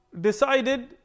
decided